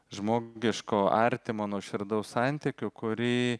žmogiško artimo nuoširdaus santykio kurį